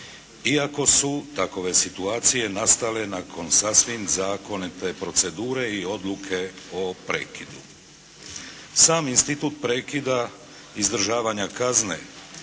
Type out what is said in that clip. iako su takove situacije nastale nakon sasvim zakonite procedure i odluke o prekidu. Sam institut prekida izdržavanja kazne